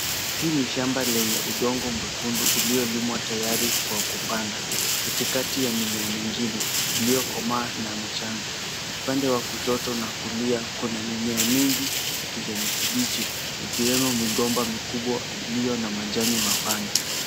Hii ni shamba lenye udongo mwekundu uliolimwa tayari kwa kupanda, katikati ya mimea mengine iliyokomaa na michanga. Upande wa kushoto na kulia, kuna mimea mingi ya kijani kibichi, ikiwemo migomba mikubwa iliyo na majani mapana.